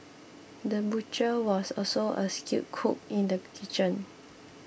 the butcher was also a skilled cook in the kitchen